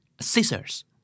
scissors